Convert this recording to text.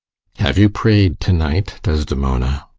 have you pray'd to-night, desdemona?